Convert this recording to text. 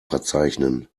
verzeichnen